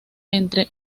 entre